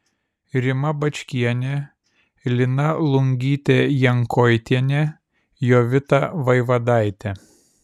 rima bačkienė lina lungytė jankoitienė jovita vaivadaitė